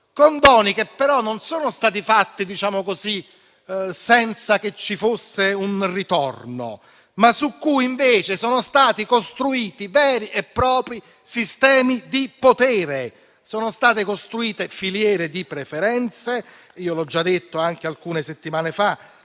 condoni che però non sono stati fatti senza che ci fosse un ritorno, ma su cui invece sono stati costruiti veri e propri sistemi di potere, filiere di preferenze. L'ho già detto alcune settimane fa,